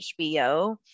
HBO